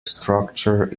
structure